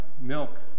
milk